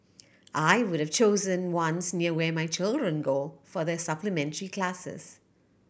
I would have chosen ones near where my children go for their supplementary classes